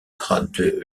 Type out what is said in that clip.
grade